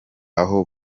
aho